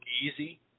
easy